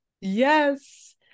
Yes